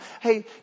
hey